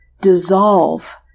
dissolve